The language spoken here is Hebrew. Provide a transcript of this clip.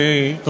תודה רבה לך,